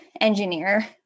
engineer